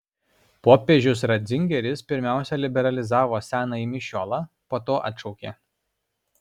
popiežius ratzingeris pirmiausia liberalizavo senąjį mišiolą po to atšaukė